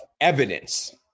evidence